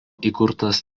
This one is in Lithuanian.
įkurtas